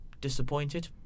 disappointed